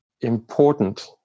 important